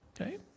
Okay